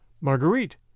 Marguerite